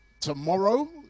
tomorrow